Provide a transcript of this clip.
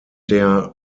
der